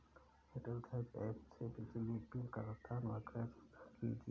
Airtel thanks app से बिजली bill का भुगतान व गैस भुगतान कीजिए